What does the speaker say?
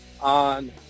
on